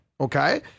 Okay